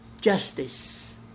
justice